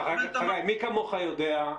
מי כמוך יודע,